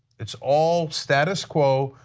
it's all status quo,